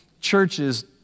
churches